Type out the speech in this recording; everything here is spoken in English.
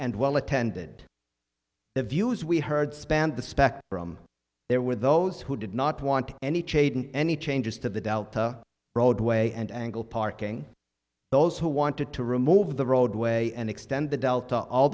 and well attended the views we heard spanned the spectrum there were those who did not want any change in any changes to the delta roadway and angle parking those who wanted to remove the roadway and extend the delta all